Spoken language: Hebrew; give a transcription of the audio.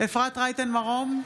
אפרת רייטן מרום,